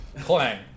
Clang